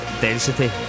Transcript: Density